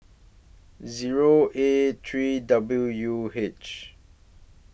Zero A three W U H